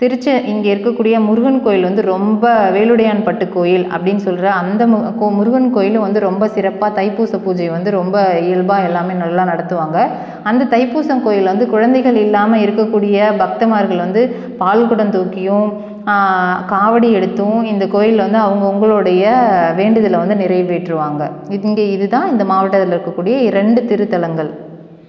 திருச்ச இங்கே இருக்கக்கூடிய முருகன் கோயில் வந்து ரொம்ப வேலுடையான் பட்டு கோயில் அப்படின்னு சொல்கிற அந்த மு கோ முருகன் கோயிலும் வந்து ரொம்ப சிறப்பாக தைப்பூச பூஜை வந்து ரொம்ப இயல்பாக எல்லாமே நல்லா நடத்துவாங்க அந்த தைப்பூசம் கோயிலில் குழந்தைகள் இல்லாமல் இருக்கக்கூடிய பக்தமார்கள் வந்து பால் குடம் தூக்கியும் காவடி எடுத்தும் இந்த கோயிலில் வந்து அவுங்கவங்களுடைய வேண்டுதலை வந்து நிறைவேற்றுவாங்க இங்கே இதுதான் இந்த மாவட்டத்தில் இருக்கக்கூடிய இ ரெண்டு திருத்தலங்கள்